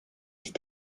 ist